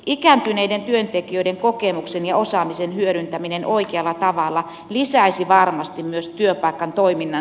ikääntyneiden työntekijöiden kokemuksen ja osaamisen hyödyntäminen oikealla tavalla lisäisi varmasti myös jättää kantoi minä